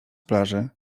plaży